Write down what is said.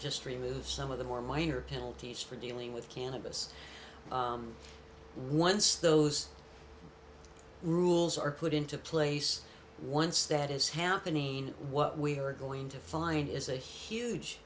just remove some of the more minor penalties for dealing with cannabis once those rules are put into place once that is happening what we are going to find is a huge